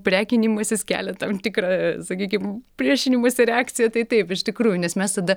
prekinimasis kelia tam tikrą sakykim priešinimosi reakciją tai taip iš tikrųjų nes mes tada